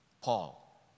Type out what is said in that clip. Paul